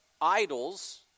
idols